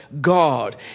God